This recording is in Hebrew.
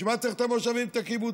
בשביל מה צריך את המושבים ואת הקיבוצים?